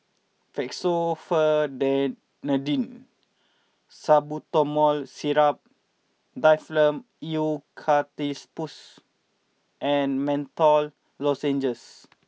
Fexofenadine Salbutamol Syrup Difflam Eucalyptus and Menthol Lozenges